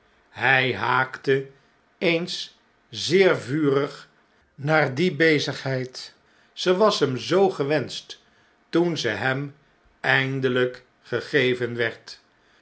hij haakte eens zeer vurig naar die bezigheid ze was hem zoo gewenscht toen ze hem eindeljjk gegeven werd